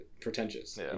pretentious